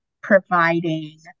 providing